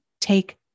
take